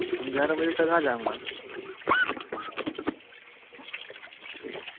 ग्यारह बजे तक आ जाऊंगा सर ठीक